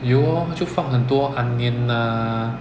有咯就放很多 onion ah